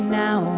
now